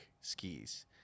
skis